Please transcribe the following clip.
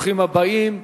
ברוכים הבאים.